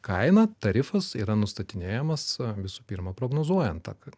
kaina tarifas yra nustatinėjamas visų pirma prognozuojant tą